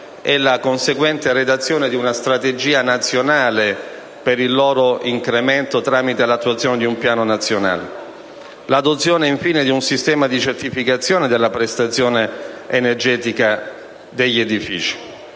con conseguente redazione di una strategia nazionale per il loro incremento tramite l'attuazione di un Piano nazionale. Infine, ricordo l'adozione di un sistema di certificazione della prestazione energetica degli edifici.